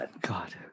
God